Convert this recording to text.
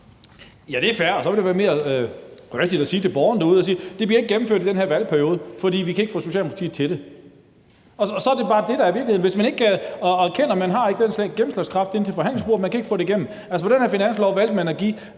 Ja, det er fair. Og så ville det være mere rigtigt at sige til borgerne derude: Det bliver ikke gennemført i den her valgperiode, for vi kan ikke få Socialdemokratiet til det. Så er det bare det, der er virkeligheden – man erkender, at man ikke har den gennemslagskraft ved forhandlingsbordet, og at man ikke kan få det igennem. Altså, på den her finanslov valgte man at give